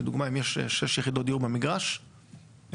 לדוגמה אם יש שש יחידות דיור במגרש אפשר